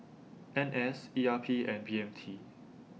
N S E R P and B M T